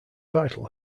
vital